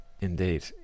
Indeed